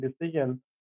decision